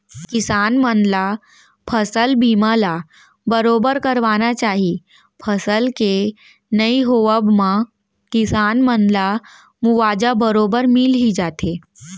किसान मन ल फसल बीमा ल बरोबर करवाना चाही फसल के नइ होवब म किसान मन ला मुवाजा बरोबर मिल ही जाथे